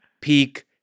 peak